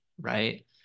Right